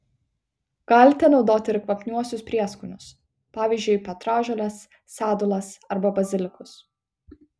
galite naudoti ir kvapniuosius prieskonius pavyzdžiui petražoles sedulas arba bazilikus